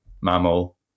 mammal